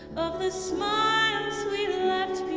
of the smiles we left